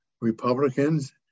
Republicans